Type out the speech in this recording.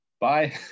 Bye